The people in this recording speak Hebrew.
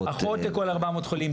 אחות לכל 400 חולים,